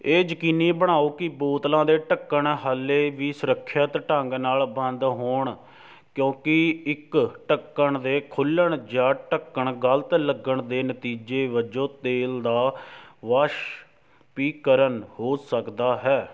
ਇਹ ਯਕੀਨੀ ਬਣਾਓ ਕਿ ਬੋਤਲਾਂ ਦੇ ਢੱਕਣ ਹਾਲੇ ਵੀ ਸੁਰੱਖਿਅਤ ਢੰਗ ਨਾਲ ਬੰਦ ਹੋਣ ਕਿਉਂਕਿ ਇੱਕ ਢੱਕਣ ਦੇ ਖੁੱਲ੍ਹਣ ਜਾਂ ਢੱਕਣ ਗਲਤ ਲੱਗਣ ਦੇ ਨਤੀਜੇ ਵਜੋਂ ਤੇਲ ਦਾ ਵਾਸ਼ਪੀਕਰਨ ਹੋ ਸਕਦਾ ਹੈ